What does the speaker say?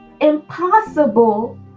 impossible